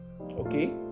okay